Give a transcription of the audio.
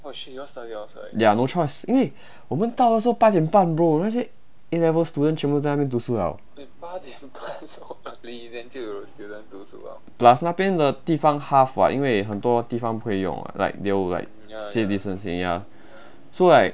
ya no choice 因为我们到的时候八点半 bro 那些 A levels students 都在那边读书 liao plus 那边的地方 half [what] 因为很多地方不可以用 [what] like they will like safe distancing ya so like